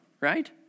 right